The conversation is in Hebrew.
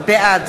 בעד